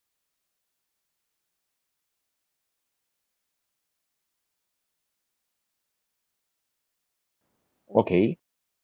okay